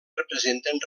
representen